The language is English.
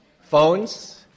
Phones